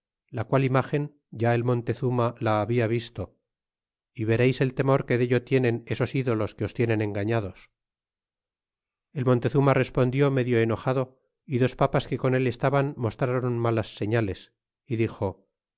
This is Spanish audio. la qual imagen ya el montezuma la habla visto y vereis el temor que dello tienen esos ídolos que os tienen engañados y el montezuma respondió medio enojado y dos papas que con él estaban mostraron malas señales y dixo